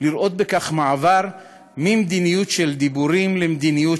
לראות בכך מעבר ממדיניות של דיבורים למדיניות